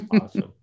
Awesome